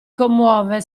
commuove